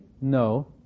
no